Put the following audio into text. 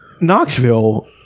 Knoxville